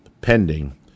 pending